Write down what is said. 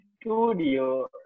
studio